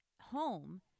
home